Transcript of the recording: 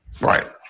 right